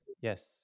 Yes